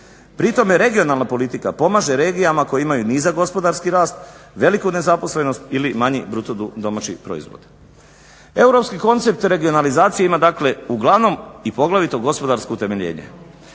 Pri tome regionalna politika pomaže regijama koje imaju nizak gospodarski rast, veliku nezaposlenost ili manji BDP. Europski koncept regionalizacije ima dakle uglavnom i poglavito gospodarsko utemeljenje.